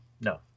no